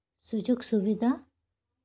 ᱥᱩᱡᱳᱜᱽ ᱥᱩᱵᱤᱫᱟ